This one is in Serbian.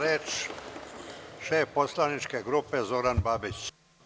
Reč ima šef poslaničke grupe Zoran Babić.